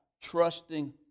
trusting